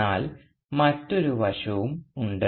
എന്നാൽ മറ്റൊരു വശവുമുണ്ട്